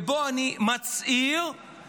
ובו אני מצהיר על